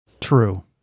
True